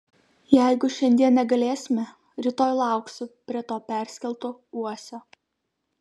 jeigu šiandien negalėsime rytoj lauksiu prie to perskelto uosio